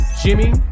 Jimmy